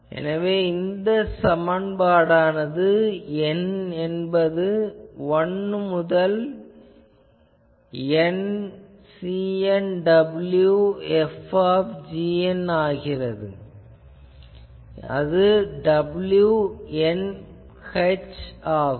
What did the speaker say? எனவே இந்த சமன்பாடானது n என்பது 1 முதல் N Cn wm F ஆகிறது அது wm h ஆகும்